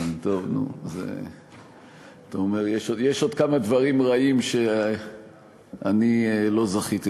אתה אומר שיש עוד כמה דברים רעים שאני לא זכיתי,